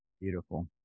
Beautiful